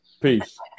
Peace